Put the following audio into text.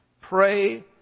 pray